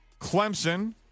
Clemson